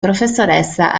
professoressa